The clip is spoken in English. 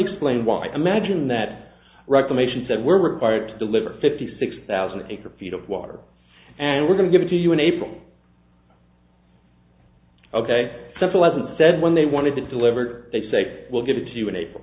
explain why i imagine that reclamation said we're required to deliver fifty six thousand acre feet of water and we're going to give it to you in april ok simple as and said when they wanted to deliver they say we'll give it to you in april